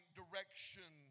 direction